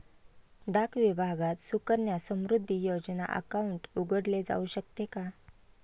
डाक विभागात सुकन्या समृद्धी योजना अकाउंट उघडले जाऊ शकते का?